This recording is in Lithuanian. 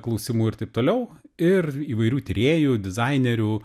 klausimų ir taip toliau ir įvairių tyrėjų dizainerių